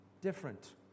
different